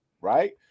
right